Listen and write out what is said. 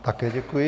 Také děkuji.